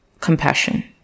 compassion